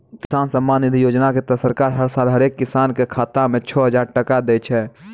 किसान सम्मान निधि योजना के तहत सरकार हर साल हरेक किसान कॅ खाता मॅ छो हजार टका दै छै